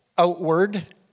outward